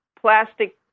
plastic